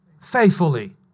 faithfully